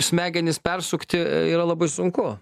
smegenis persukti yra labai sunku